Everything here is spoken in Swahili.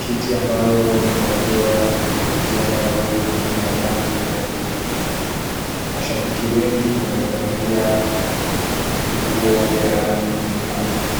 kiti ambayo imekaliwa ni viti ambavyo ni ya rangi ya blue . Mashabiki wengi wamevalia nguo ya rangi nyekundu.